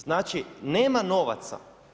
Znači, nema novaca.